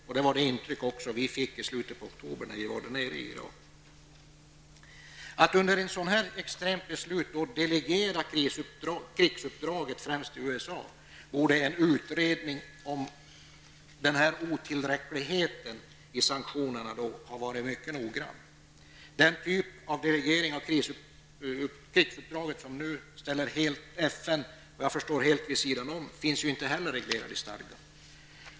Det var också det intryck vi fick i slutet av oktober när vi var nere i Irak. När det gäller att genom ett sådant extremt beslut delegera krigsuppdrag till främst USA, borde en utredning om otillräckligheten i sanktionerna har varit mycket noggrann. Den typ av delegering av krigsuppdraget som nu, såvitt jag förstår, ställer FN helt vid sidan om finns ju inte heller reglerad i stadgan.